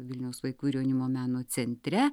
vilniaus vaikų ir jaunimo meno centre